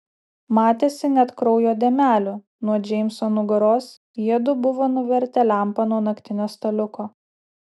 matėsi net kraujo dėmelių nuo džeimso nugaros jiedu buvo nuvertę lempą nuo naktinio staliuko